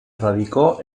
radicó